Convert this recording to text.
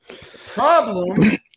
Problem